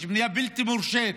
יש בנייה בלתי מורשית.